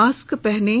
mask पहनें